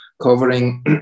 covering